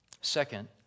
Second